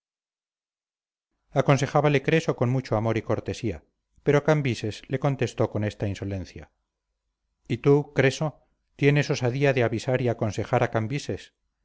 avisos aconsejábale creso con mucho amor y cortesía pero cambises le contestó con esta insolencia y tú creso tienes osadía de avisar y aconsejar a cambises